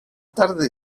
tarde